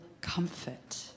comfort